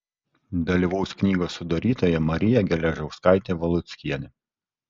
dalyvaus knygos sudarytoja marija geležauskaitė valuckienė